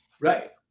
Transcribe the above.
right